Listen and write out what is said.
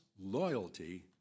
loyalty